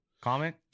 comment